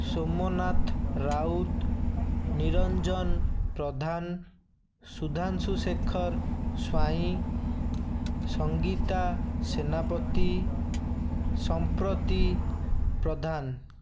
Somnath Rout Niranjan Pradhan Sudhanshu Sekhar Swain Sangeeta Senapati Samprati Pradhan